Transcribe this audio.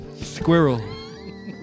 Squirrel